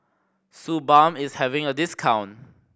Suu Balm is having a discount